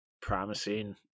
promising